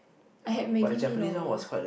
I had maggi mee lor-mee